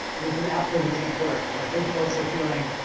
this is absolutely the main course. so i think both they're feeling,